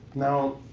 now,